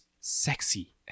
sexy